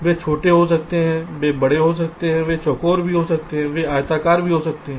वे छोटे हो सकते हैं वे बड़े हो सकते हैं वे चौकोर हो सकते हैं वे आयताकार हो सकते हैं